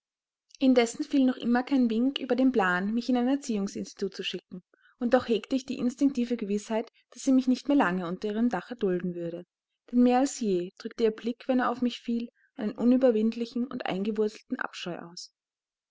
indessen fiel noch immer kein wink über den plan mich in ein erziehungsinstitut zu schicken und doch hegte ich die instinktive gewißheit daß sie mich nicht mehr lange unter ihrem dache dulden würde denn mehr als je drückte ihr blick wenn er auf mich fiel einen unüberwindlichen und eingewurzelten abscheu aus